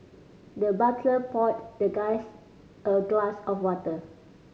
the butler poured the guest a glass of water